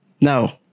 No